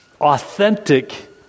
authentic